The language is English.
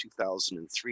2003